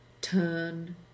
Turn